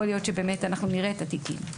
להיות שבאמת אנחנו נראה את התיקים.